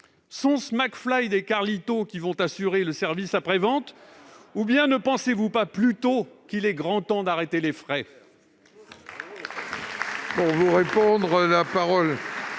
sont-ce McFly et Carlito qui en assureront le service après-vente, ou ne pensez-vous pas plutôt qu'il est grand temps d'arrêter les frais ?